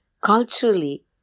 culturally